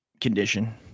condition